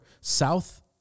south